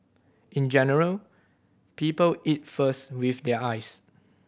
in general people eat first with their eyes